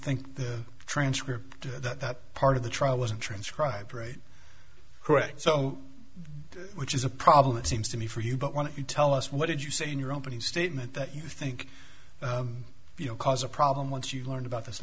think the transcript that part of the trial wasn't transcribed right correct so which is a problem it seems to me for you but when you tell us what did you say in your opening statement that you think you know cause a problem once you learned about this